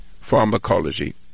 pharmacology